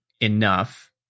enough